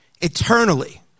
eternally